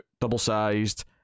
double-sized